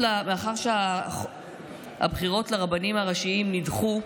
מאחר שהבחירות לרבנים הראשיים נדחו,